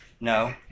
no